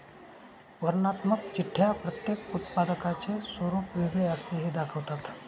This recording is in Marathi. वर्णनात्मक चिठ्ठ्या प्रत्येक उत्पादकाचे स्वरूप वेगळे असते हे दाखवतात